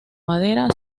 madera